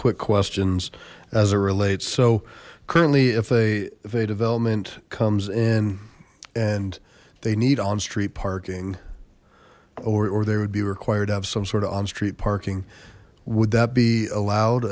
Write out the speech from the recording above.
quick questions as it relates so currently if a vey development comes in and they need on street parking or they would be required to have some sort of on street parking would that be allowed